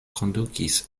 kondukis